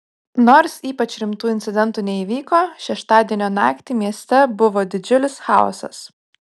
nors ypač rimtų incidentų neįvyko šeštadienio naktį mieste buvo didžiulis chaosas